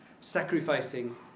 sacrificing